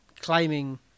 claiming